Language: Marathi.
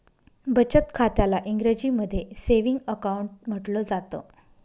बचत खात्याला इंग्रजीमध्ये सेविंग अकाउंट म्हटलं जातं